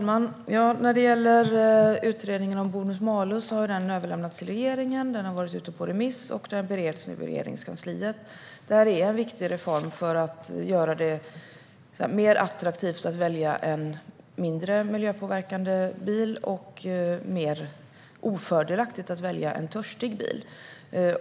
Herr talman! Utredningen om bonus-malus har överlämnats till regeringen. Den har varit ute på remiss och bereds nu i Regeringskansliet. Detta är en viktig reform för att göra det mer attraktivt att välja en mindre miljöpåverkande bil och mer ofördelaktigt att välja en törstig bil.